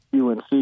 UNC